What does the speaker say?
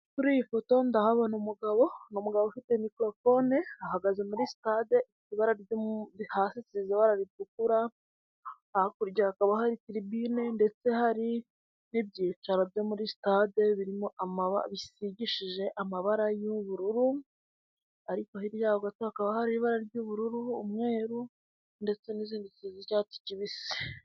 Kuri iyi foto ndahabona umugabo ni umugabo ufite mikorofone ahagaze muri sitade hasi isize ibara ritukura hakurya hakaba hari tiribine ndetse hari n'ibyicaro byo muri sitade birimo bisigishije amabara y'ubururu ariko hirya y'aho gato hakaba hari ibara ry'ubururu, umweru ndetse n'izindi zisize icyatsi kibisi.